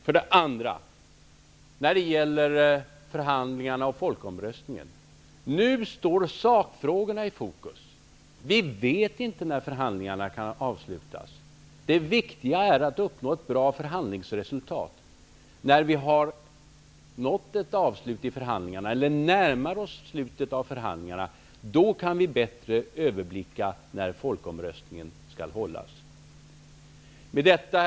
För det andra angående förhandlingarna och folkomröstningen: Nu står sakfrågorna i fokus. Vi vet inte när förhandlingarna kan avslutas. Det viktiga är att uppnå ett bra förhandlingsresultat. När förhandlingarna närmar sig ett slut, kan vi bättre överblicka när folkomröstningen skall hållas. Herr talman!